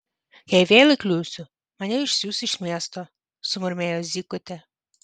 jei vėl įkliūsiu mane išsiųs iš miesto sumurmėjo zykutė